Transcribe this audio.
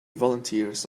volunteers